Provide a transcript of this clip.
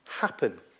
Happen